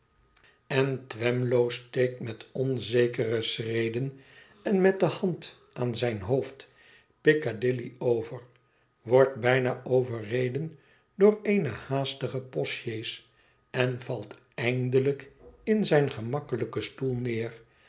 en twemlow steekt met onzekere schreden en met de hand aan zijn hoofd piccadilly over wordt bijna overreden door eene haastige postsjees en valt eindelijk in zijn gemakkelijken stoel neer